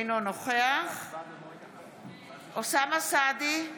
אינו נוכח אוסאמה סעדי,